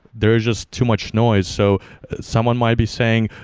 there's just too much noise. so someone might be saying,